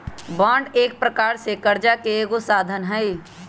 bond एक प्रकार से करजा के एगो साधन हइ